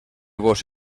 vos